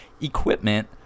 equipment